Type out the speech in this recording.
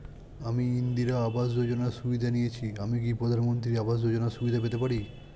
আমি ইন্দিরা আবাস যোজনার সুবিধা নেয়েছি আমি কি প্রধানমন্ত্রী আবাস যোজনা সুবিধা পেতে পারি?